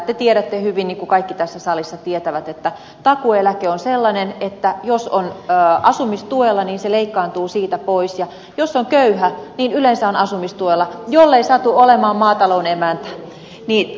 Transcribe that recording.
te tiedätte hyvin niin kuin kaikki tässä salissa tietävät että takuueläke on sellainen että jos on asumistuella niin se leikkaantuu siitä pois ja jos on köyhä niin yleensä on asumistuella jollei satu olemaan maatalon emäntä